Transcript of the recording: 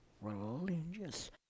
religious